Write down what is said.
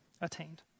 Attained